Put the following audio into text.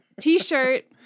T-shirt